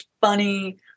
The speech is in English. funny